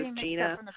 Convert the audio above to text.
Gina